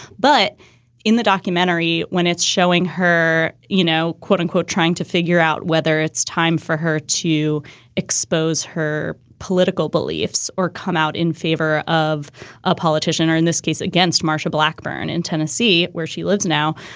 but in the documentary, when it's showing her, you know, quote unquote, trying to figure out whether it's time for her to expose her political beliefs or come out in favor of a politician or in this case, against marsha blackburn in tennessee, where she lives now.